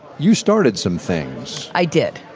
you started some things i did.